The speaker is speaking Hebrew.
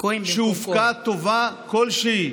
שהופקה טובה כלשהי